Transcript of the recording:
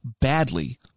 badly